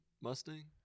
Mustang